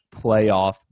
playoff